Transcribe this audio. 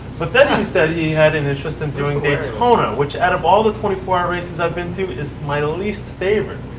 but then he said he had an in doing daytona, which out of all of the twenty four hour races i've been to is my least favorite.